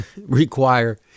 require